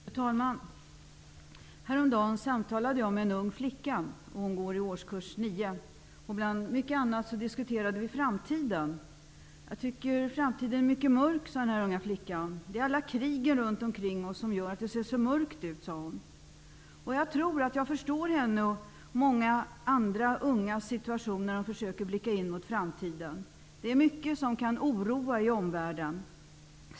Fru talman! Häromdagen samtalade jag med en ung flicka. Hon går i årskurs 9. Bland mycket annat diskuterade vi framtiden. ''Jag tycker att framtiden är mycket mörk'', sade den unga flickan. ''Det är alla krigen runt omkring oss som gör att det ser så mörkt ut'', sade hon. Jag tror att jag förstår hennes och många andra ungas situation när de försöker blicka mot framtiden. Det är mycket som kan oroa i omvärlden.